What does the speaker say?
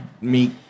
meet